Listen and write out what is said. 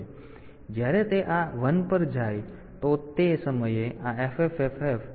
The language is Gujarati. તેથી જ્યારે તે આ 1 પર જાય તો તે સમયે આ FFFF થી 0000 છે